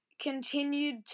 continued